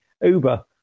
Uber